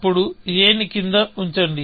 అప్పుడు aని కింద ఉంచండి